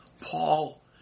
Paul